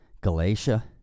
Galatia